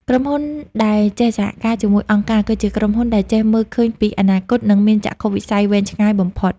ក្រុមហ៊ុនដែលចេះសហការជាមួយអង្គការ គឺជាក្រុមហ៊ុនដែលចេះមើលឃើញពី "អនាគត" និងមានចក្ខុវិស័យវែងឆ្ងាយបំផុត។